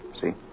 See